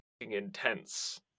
intense